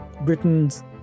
Britain's